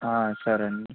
సరే అండి